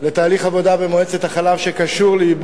לתהליך עבודה במועצת החלב,